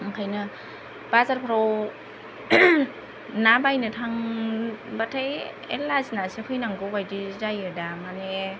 ओंखायनो बाजारफ्राव ना बायनो थांबाथाय ए लाजिनासो फैनांगौ बायदि जायो दा माने